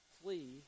Flee